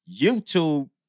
youtube